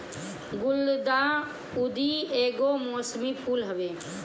गुलदाउदी एगो मौसमी फूल हवे